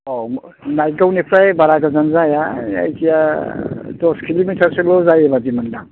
औ नाइखगावनिफ्राय बारा गोजान जाया जायखिया दस किल'मिटारसोल' जायो बायदि मोन्दां